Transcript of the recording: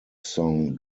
song